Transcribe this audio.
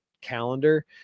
calendar